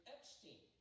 Epstein